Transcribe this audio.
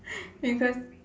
because